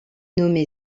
nommé